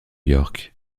york